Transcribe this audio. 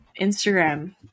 Instagram